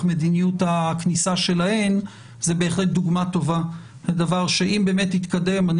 מדיניות הכניסה שלהן זו בהחלט דוגמה טובה על דבר שאם באמת יתקדם אני